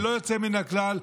בלא יוצא מן הכלל,